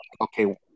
Okay